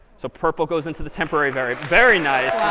so purple goes into the temporary, very very nice.